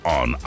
on